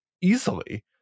easily